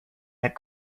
that